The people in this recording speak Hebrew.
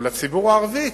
או לציבור הערבי,